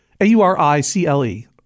A-U-R-I-C-L-E